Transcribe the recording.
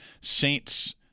Saints